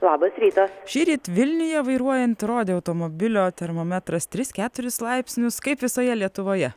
labas rytas šįryt vilniuje vairuojant rodė automobilio termometras tris keturis laipsnius kaip visoje lietuvoje